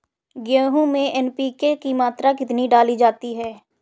गेहूँ में एन.पी.के की मात्रा कितनी डाली जाती है?